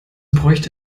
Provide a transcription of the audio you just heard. bräuchte